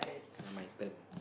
now my turn